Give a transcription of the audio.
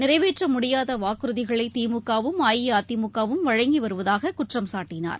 நிறைவேற்றமுடியாதவாக்குறதிகளைதிமுக வும் அஇஅதிமுக வும் வழங்கிவருவதாககுற்றம் சாட்டினார்